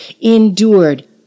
endured